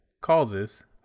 causes